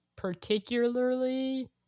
particularly